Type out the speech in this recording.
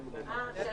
אין בעיה.